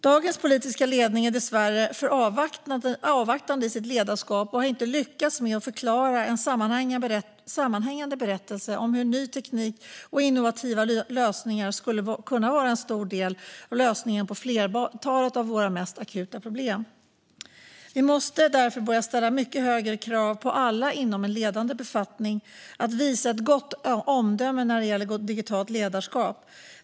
Dagens politiska ledning är dessvärre för avvaktande i sitt ledarskap och har inte lyckats förklara en sammanhängande berättelse om hur ny teknik och innovativa lösningar skulle kunna vara en stor del av lösningen på ett flertal av våra mest akuta problem. Vi måste därför börja ställa mycket högre krav på alla inom ledande befattningar att visa gott omdöme när det gäller digitalt ledarskap.